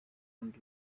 rundi